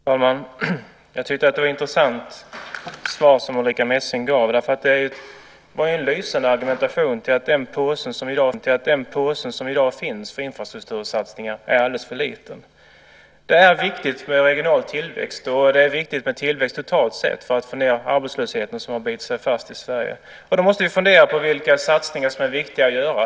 Herr talman! Jag tyckte att det var ett intressant svar som Ulrica Messing gav, därför att det var en lysande argumentation för att den påse som i dag finns för infrastruktursatsningar är alldeles för liten. Det är viktigt med regional tillväxt, och det är viktigt med tillväxt totalt sett, för att få ned arbetslösheten som har bitit sig fast i Sverige. Då måste vi fundera på vilka satsningar som är viktiga att göra.